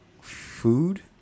food